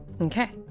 Okay